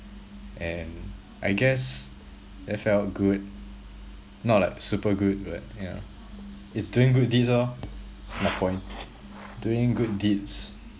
and I guess that felt good not like super good but you know it's doing good deeds orh that's my point doing good deeds